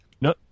No